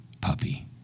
puppy